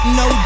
no